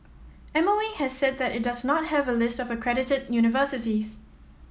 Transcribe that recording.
M O E has said that it does not have a list of accredited universities